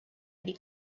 any